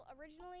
originally